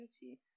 beauty